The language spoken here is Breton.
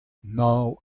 nav